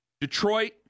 Detroit